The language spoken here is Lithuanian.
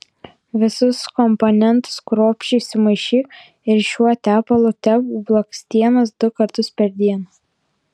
visus komponentus kruopščiai sumaišyk ir šiuo tepalu tepk blakstienas du kartus per dieną